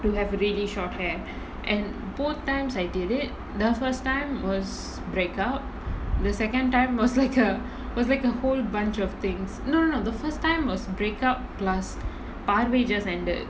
to have really short hair and both times I did it the first time was break up the second time was like a was like a whole bunch of things no no no the first time was break up plus பார்வை:paarvai just ended